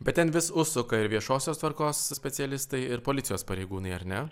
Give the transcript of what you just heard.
bet ten vis užsuka ir viešosios tvarkos specialistai ir policijos pareigūnai ar ne